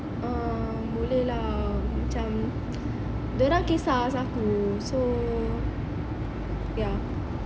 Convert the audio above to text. um boleh lah macam diorang kisah pasal aku so ya